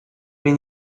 mnie